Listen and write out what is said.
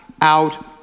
out